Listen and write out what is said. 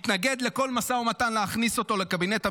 מתנגד לכל משא ומתן להכניס אותו לקבינט המלחמה,